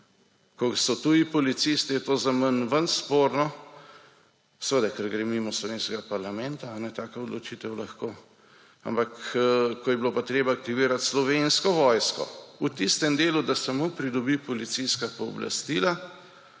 Ko so tuji policisti, je to manj sporno, seveda, ker gre mimo slovenskega parlamenta taka odločitev lahko, ampak ko je bilo pa treba aktivirat Slovensko vojsko v tistem delu, da samo pridobi policijska pooblastila,